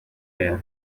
aya